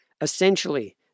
Essentially